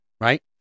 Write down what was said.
right